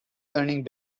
learning